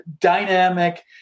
dynamic